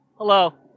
Hello